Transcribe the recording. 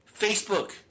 Facebook